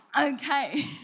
Okay